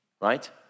right